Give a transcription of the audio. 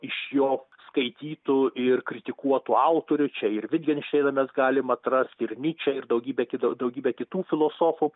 iš jo skaitytų ir kritikuotų autorių čia ir vitgenšteiną mes galime atrasti ir nyčę ir daugybę kita daugybę kitų filosofų